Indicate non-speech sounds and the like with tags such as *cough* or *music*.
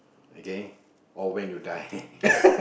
okay or when you die *laughs*